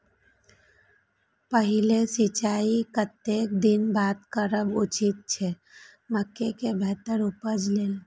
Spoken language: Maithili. पहिल सिंचाई कतेक दिन बाद करब उचित छे मके के बेहतर उपज लेल?